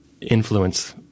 influence